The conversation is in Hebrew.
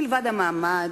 מלבד המעמד,